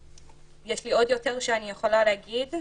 יש לי עוד יותר שאני יכולה להגיד,